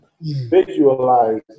visualize